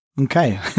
Okay